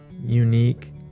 unique